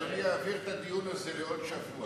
אדוני יעביר את הדיון הזה לשבוע הבא.